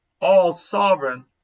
all-sovereign